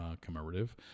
commemorative